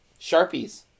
sharpies